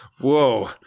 whoa